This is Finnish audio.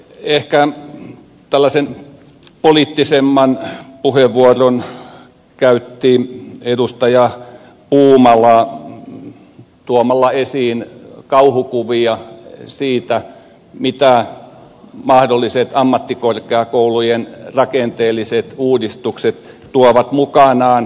ehkä tällaisen poliittisemman puheenvuoron käytti edustaja puumala tuomalla esiin kauhukuvia siitä mitä mahdolliset ammattikorkeakoulujen rakenteelliset uudistukset tuovat mukanaan